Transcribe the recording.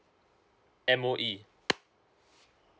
M_O_E